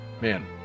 Man